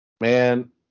man